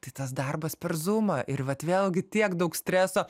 tai tas darbas per zūmą ir vat vėlgi tiek daug streso